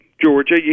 Georgia